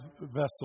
vessel